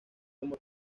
como